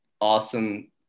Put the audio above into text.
awesome